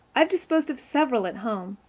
i've disposed of several at home.